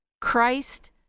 Christ